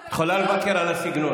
את יכולה לבקר אותו על הסגנון,